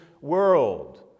world